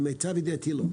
למיטב ידיעתי, לא.